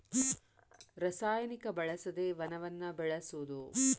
ರಸಾಯನಿಕ ಬಳಸದೆ ವನವನ್ನ ಬೆಳಸುದು